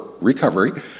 recovery